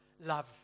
love